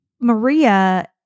Maria